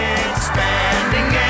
expanding